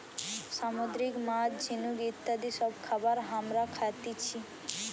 সামুদ্রিক মাছ, ঝিনুক ইত্যাদি সব খাবার হামরা খাতেছি